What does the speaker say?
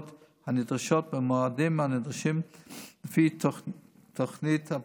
הנדרשות במועדים הנדרשים לפי תוכנית הפיתוח.